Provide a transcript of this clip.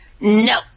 no